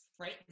right